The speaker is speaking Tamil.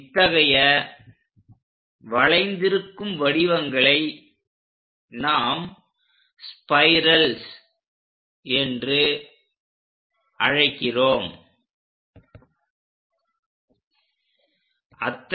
இத்தகைய வளைந்திருக்கும் வடிவங்களை நாம் ஸ்பைரல்ஸ் என்று அழைக்கப்படுகிறது